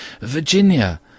Virginia